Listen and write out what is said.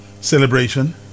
celebration